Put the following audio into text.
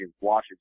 Washington